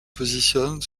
positionne